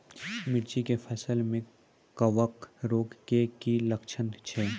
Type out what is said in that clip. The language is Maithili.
मिर्ची के फसल मे कवक रोग के की लक्छण छै?